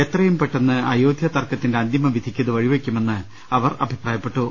എത്രയും പെട്ടെന്ന് അയോദ്ധ്യ തർക്കത്തിന്റെ അന്തിമവിധിക്ക് ഇത് വഴിവെക്കുമെന്ന് അവർ അഭിപ്രായപ്പെട്ടു